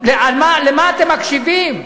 לְמה אתם מקשיבים?